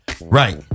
Right